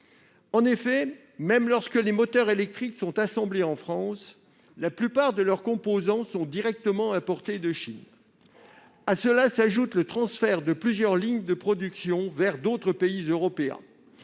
En effet, même lorsque les moteurs électriques sont assemblés en France, la plupart de leurs composants sont directement importés de Chine. S'y ajoute le transfert de plusieurs lignes de production dans d'autres pays européens,